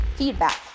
Feedback